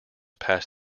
pass